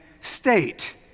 state